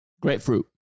Grapefruit